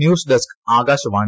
news desk Akashvani